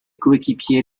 coéquipiers